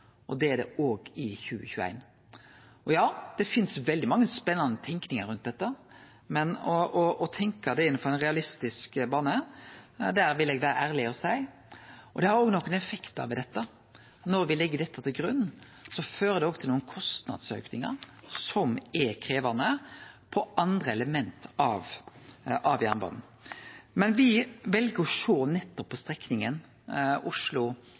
og det er det òg i 2021. Og ja, det finst veldig mykje spennande tenking rundt dette, men å tenkje det innanfor ein realistisk bane, der vil eg vere ærleg. Det har òg nokre effektar. Når me legg dette til grunn, fører det til kostnadsaue som er krevjande for andre element av jernbanen. Men me vel å sjå på strekninga